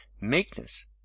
Meekness